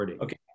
Okay